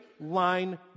line